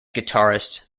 guitarist